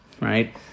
right